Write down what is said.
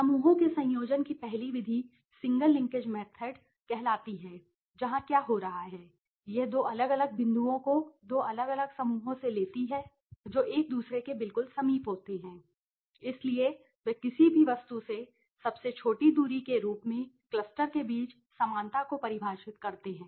समूहों के संयोजन की पहली विधि सिंगल लिंकेज मेथड कहलाती है जहां क्या हो रहा है यह दो अलग अलग बिंदुओं को दो अलग अलग समूहों से लेती है जो एक दूसरे के बिल्कुल समीप होते हैं इसलिए वे किसी भी वस्तु से सबसे छोटी दूरी के रूप में क्लस्टर के बीच समानता को परिभाषित करते हैं